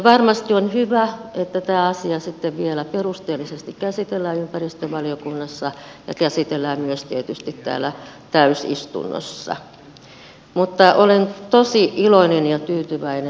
varmasti on hyvä että tämä asia sitten vielä perusteellisesti käsitellään ympäristövaliokunnassa ja käsitellään myös tietysti täällä täysistunnossa mutta olen tosi iloinen ja tyytyväinen siitä että